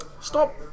Stop